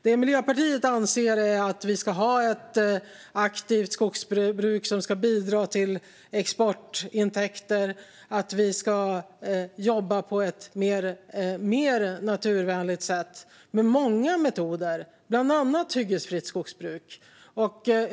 Det Miljöpartiet anser är att vi ska ha ett aktivt skogsbruk som ska bidra till exportintäkter och att vi ska jobba på ett mer naturvänligt sätt med många metoder, bland annat hyggesfritt skogsbruk.